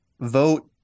vote